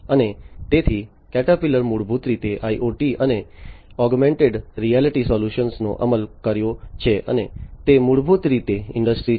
અને તેથી કેટરપિલરે મૂળભૂત રીતે IoT અને ઓગમેન્ટેડ રિયાલિટી સોલ્યુશન્સનો અમલ કર્યો છે અને તે મૂળભૂત રીતે ઇન્ડસ્ટ્રી 4